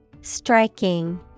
Striking